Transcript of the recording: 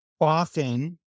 often